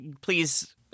please